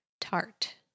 tart